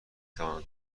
توانم